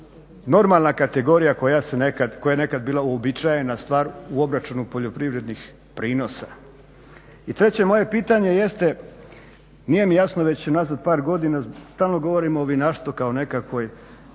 normalna kategorija koja je nekad bila uobičajena stvar u obračunu poljoprivrednih prinosa. I treće moje pitanje jeste, nije mi jasno već unazad par godina, stalno govorimo o vinarstvu kao nekakvoj